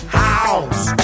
house